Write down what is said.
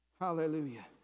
Hallelujah